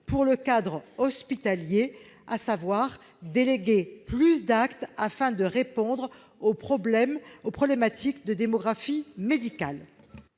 pour le cadre hospitalier : déléguer plus d'actes afin de répondre aux problématiques de démographie médicale.